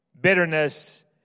Bitterness